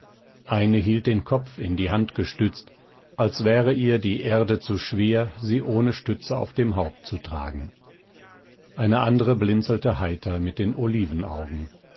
eine hielt den kopf in die hand gestützt als wäre ihr die erde zu schwer sie ohne stütze auf dem haupt zu tragen eine andere blinzelte heiter mit den